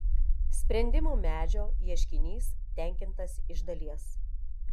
sprendimų medžio ieškinys tenkintas iš dalies